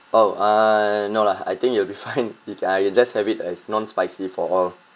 oh uh no lah I think it will be fine if I just have it as non spicy for all